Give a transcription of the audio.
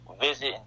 visit